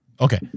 Okay